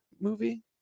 movie